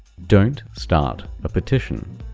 don't start a petition.